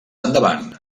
endavant